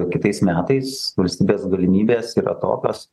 kitais metais valstybės galimybės yra tokios